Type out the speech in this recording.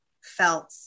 felt